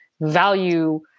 value